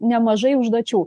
nemažai užduočių